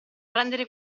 prendere